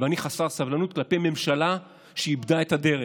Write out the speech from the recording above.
ואני חסר סבלנות כלפי ממשלה שאיבדה את הדרך,